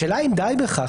השאלה אם די בכך,